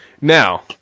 Now